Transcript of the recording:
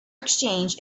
exchange